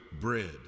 bread